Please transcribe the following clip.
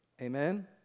Amen